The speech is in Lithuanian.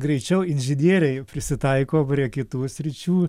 greičiau inžinieriai prisitaiko prie kitų sričių